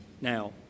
now